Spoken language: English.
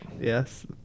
Yes